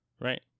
right